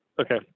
okay